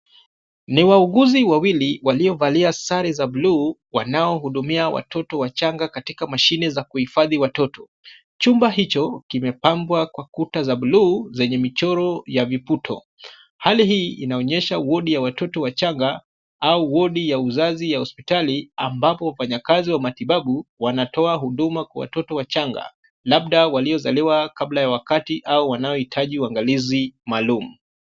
Ni wauguzi wawili waliovalia sare za bluu wanaohudumia watoto wachanga katika mashine za kuhifdhi watoto. Chumba hicho kimepambwa kwa kuta za bluu zenye michoro ya viputo. Hali hii inaonyesha wodi ya watoto wachanga au wodi ya uzazi ya hospitali, ambapo wafanyakazi wa matibabu wanatoa huduma kwa watoto wachanga labda waliozaliwa kabla ya wakati au wanaohitaji uangalizi maalum.